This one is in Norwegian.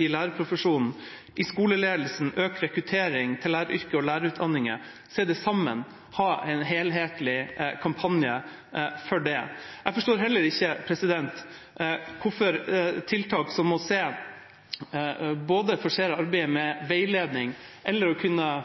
i lærerprofesjonen og i skoleledelsen og økt rekruttering til læreryrket og lærerutdanningen – se det i sammenheng og ha en helhetlig kampanje for det. Jeg forstår heller ikke hvorfor tiltak som å forsere arbeidet med veiledning eller